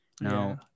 Now